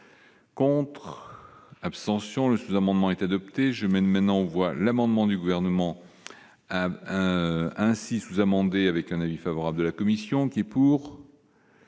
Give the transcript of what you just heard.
Contre. Abstention : le sous-amendement est adopté, je mène maintenant aux voix l'amendement du Gouvernement ainsi sous- amendé avec un avis favorable de la commission qui est pour.